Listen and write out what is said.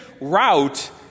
route